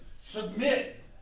Submit